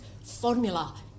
formula